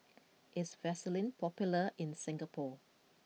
is Vaselin popular in Singapore